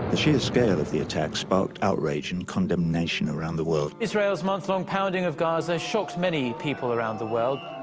sheer scale of the attacks sparked outrage and condemnation around the world. israelis month-long pounding of gaza shocked many people around the world.